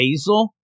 Basil